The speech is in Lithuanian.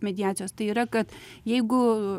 mediacijos tai yra kad jeigu